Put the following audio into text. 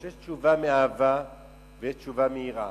יש תשובה מאהבה ויש תשובה מיראה.